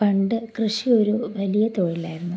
പണ്ട് കൃഷി ഒരു വലിയ തൊഴിലായിരുന്നു